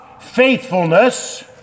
faithfulness